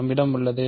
நம்மிடம் உள்ளது